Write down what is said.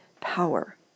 power